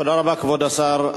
תודה רבה, כבוד השר.